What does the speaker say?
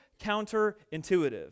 counterintuitive